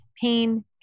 pain